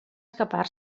escapar